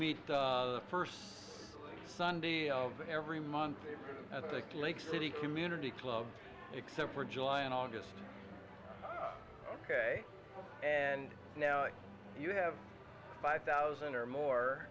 meet the first sunday of every month at the lake city community club except for july and august ok and now you have five thousand or more